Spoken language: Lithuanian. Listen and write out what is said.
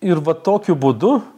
ir va tokiu būdu